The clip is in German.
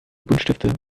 buntstifte